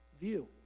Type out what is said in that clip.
view